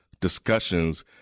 discussions